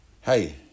hey